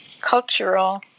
cultural